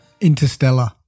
Interstellar